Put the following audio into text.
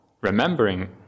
remembering